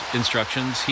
instructions